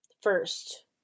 first